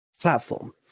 platform